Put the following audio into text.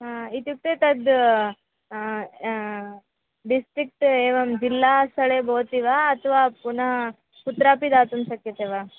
हा इत्युक्ते तद् हा डिस्ट्रिक्ट् एवं जिल्लास्थलं भवति वा अथवा पुनः कुत्रापि दातुं शक्यते वा